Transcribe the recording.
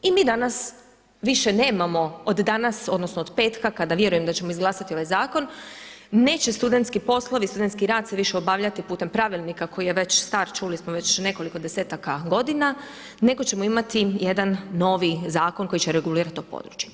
I mi danas više nemamo, od danas, odnosno od petka kada vjerujemo da ćemo izglasati ovaj zakon, neće studentski poslovi, studentski rad se više obavljati putem pravilnika koji je već star, čuli smo već nekoliko desetaka godina nego ćemo imati jedan novi zakon koji će regulirati to područje.